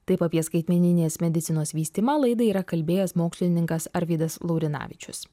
taip apie skaitmeninės medicinos vystymą laidai yra kalbėjęs mokslininkas arvydas laurinavičius